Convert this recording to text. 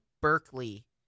Berkeley